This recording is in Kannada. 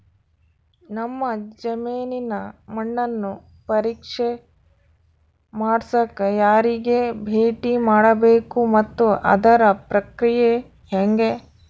ನಮ್ಮ ಜಮೇನಿನ ಮಣ್ಣನ್ನು ಪರೇಕ್ಷೆ ಮಾಡ್ಸಕ ಯಾರಿಗೆ ಭೇಟಿ ಮಾಡಬೇಕು ಮತ್ತು ಅದರ ಪ್ರಕ್ರಿಯೆ ಹೆಂಗೆ?